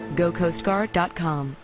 gocoastguard.com